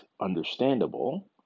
understandable